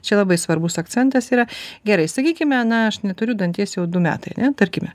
čia labai svarbus akcentas yra gerai sakykime na aš neturiu danties jau du metai ane tarkime